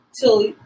till